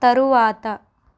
తరువాత